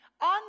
On